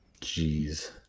Jeez